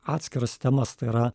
atskiras temas tai yra